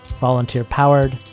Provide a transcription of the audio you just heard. volunteer-powered